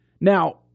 Now